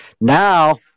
now